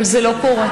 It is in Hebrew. אבל זה לא קורה.